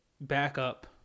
backup